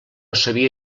sabia